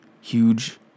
huge